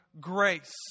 grace